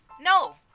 No